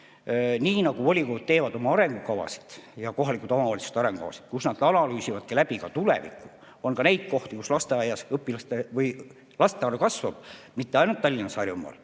Aga volikogud teevad oma arengukavasid, kohalike omavalitsuste arengukavasid, kus nad analüüsivad läbi ka tuleviku. On ka neid kohti, kus laste arv kasvab, ja mitte ainult Tallinnas ja Harjumaal,